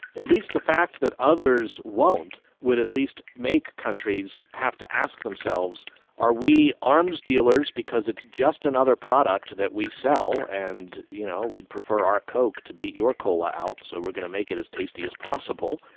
at least the fact that others won't would at least make countries have to ask themselves are we arms dealers because it's just another product that we sell and you know we'd prefer our coke to beat your cola out, so we are going to make it as tasty as possible,